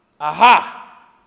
Aha